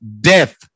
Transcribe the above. death